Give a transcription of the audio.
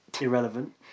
Irrelevant